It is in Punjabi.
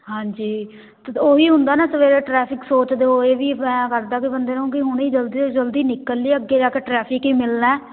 ਹਾਂਜੀ ਕਿ ਓਹੀ ਹੁੰਦਾ ਨਾ ਸਵੇਰੇ ਟਰੈਫਿਕ ਸੋਚਦੇ ਹੋਏ ਵੀ ਐਂ ਕਰਦਾ ਕਿ ਬੰਦੇ ਨੂੰ ਕਿ ਹੁਣੇ ਹੀ ਜਲਦੀ ਤੋਂ ਜਲਦੀ ਨਿਕਲ ਲਈਏ ਅੱਗੇ ਜਾ ਕੇ ਟਰੈਫਿਕ ਹੀ ਮਿਲਣਾ